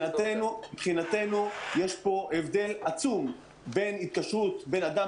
מבחינתנו יש פה הבדל עצום בין התקשרות בין אדם